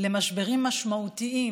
למשברים משמעותיים